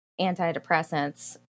antidepressants